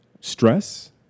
stress